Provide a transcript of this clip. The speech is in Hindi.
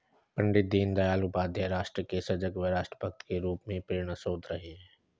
पण्डित दीनदयाल उपाध्याय राष्ट्र के सजग व राष्ट्र भक्त के रूप में प्रेरणास्त्रोत रहे हैं